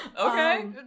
Okay